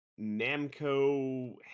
Namco